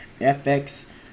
FX